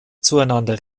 zueinander